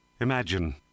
Imagine